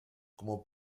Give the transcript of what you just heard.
como